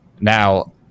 Now